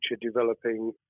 developing